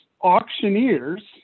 auctioneers